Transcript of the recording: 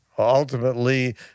ultimately